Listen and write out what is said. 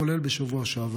כולל בשבוע שעבר?